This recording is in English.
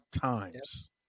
times